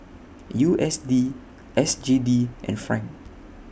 U S D S G D and Franc